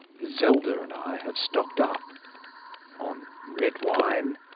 zelda and i have stocked up on red wine,